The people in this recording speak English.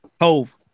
Hove